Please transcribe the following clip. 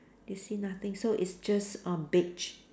you see nothing so it's just uh beige